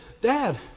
Dad